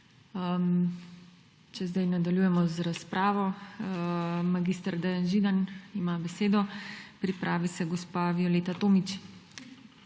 Če zdaj nadaljujemo z razpravo. Mag. Dejan Židan ima besedo. Pripravi se gospa Violeta Tomić.